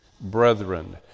brethren